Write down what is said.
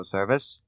Service